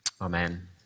Amen